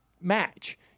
match